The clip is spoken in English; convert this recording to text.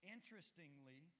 Interestingly